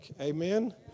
Amen